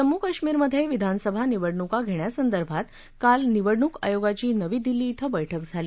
जम्मू कश्मीरमधे विधानसभा निवडणूका घेण्यासंदर्भात काल निवडणूक आयोगाची नवी दिल्ली क्वे बैठक झाली